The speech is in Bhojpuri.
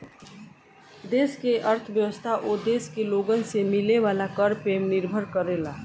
देश के अर्थव्यवस्था ओ देश के लोगन से मिले वाला कर पे निर्भर करेला